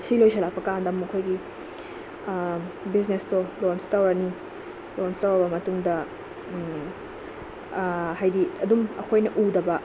ꯁꯤ ꯂꯣꯏꯁꯤꯜꯂꯛꯄ ꯀꯥꯟꯗ ꯃꯈꯣꯏꯒꯤ ꯕꯤꯖꯤꯅꯦꯁꯇꯣ ꯂꯣꯟꯁ ꯇꯧꯔꯅꯤ ꯂꯣꯟꯁ ꯇꯧꯔꯕ ꯃꯇꯨꯡꯗ ꯍꯥꯏꯗꯤ ꯑꯗꯨꯝ ꯑꯩꯈꯣꯏꯅ ꯎꯗꯕ